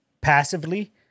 passively